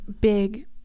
big